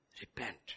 repent